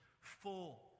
full